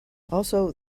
also